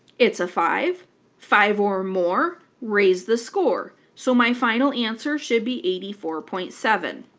it's a five five or more raise the score, so my final answer should be eighty four point seven.